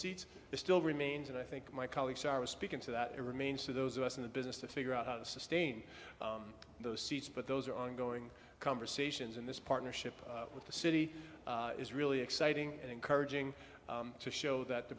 seats that still remains and i think my colleagues are was speaking to that remains to those of us in the business to figure out how to sustain those seats but those are ongoing conversations and this partnership with the city is really exciting and encouraging to show that the